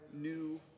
new